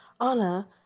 Anna